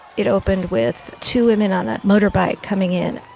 it opened with two women on a motorbike coming in.